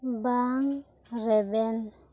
ᱵᱟᱝ ᱨᱮᱵᱮᱱ